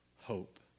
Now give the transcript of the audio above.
hope